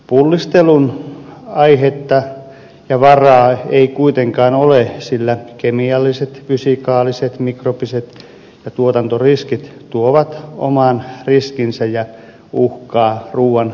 pullistelun aihetta ja varaa ei kuitenkaan ole sillä kemialliset fysikaaliset mikrobiset ja tuotantoriskit tuovat oman riskinsä ja uhkaa ruuan turvallisuudelle